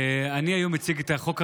אני היום מציג את החוק,